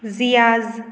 Ciaz